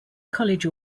college